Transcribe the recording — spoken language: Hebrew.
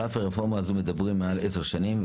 על הרפורמה הזו מדברים מעל 10 שנים.